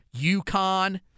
UConn